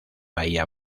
bahía